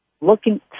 looking